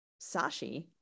Sashi